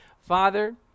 Father